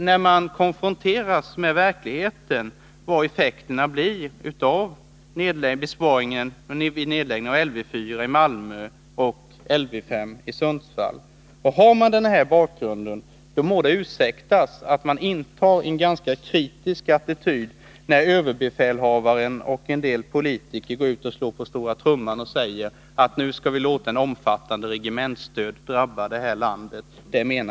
När man konfronteras med verkligheten undrar man vad besparingen kommer att bli vid nedläggningen av Lv 4 i Malmö och Lv 5 i Sundsvall. Har man den här erfarenheten må det ursäktas att man intar en ganska kritisk attityd när överbefälhavaren och en del politiker slår på stora trumman och säger att vi nu skall låta en omfattande regementsdöd drabba landet.